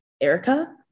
Erica